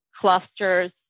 clusters